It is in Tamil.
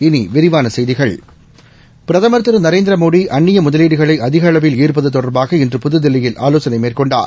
இனிவிரிவானசெய்திகள் பிரதமர் திருநரேந்திரமோடிஅந்நியமுதலீடுகளைஅதிகஅளவில் ஈள்ப்பதுதொடர்பாக இன்று புதுதில்லியல் ஆலோசனைமேற்கொண்டார்